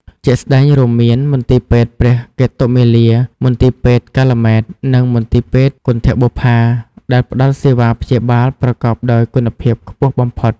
ជាក់ស្តែងរួមមាន មន្ទីរពេទ្យព្រះកេតុមាលា មន្ទីរពេទ្យកាល់ម៉ែត និងមន្ទីរពេទ្យគន្ធបុប្ផា ដែលផ្តល់សេវាព្យាបាលប្រកបដោយគុណភាពខ្ពស់បំផុត។